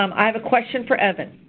um i have a question for evan.